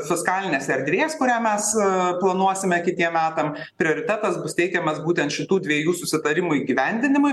fiskalinės erdvės kurią mes planuosime kitiem metam prioritetas bus teikiamas būtent šitų dviejų susitarimų įgyvendinimui